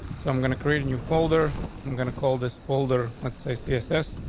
so i'm gonna create in your folder. i'm gonna call this folder with, say, css.